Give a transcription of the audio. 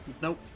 Nope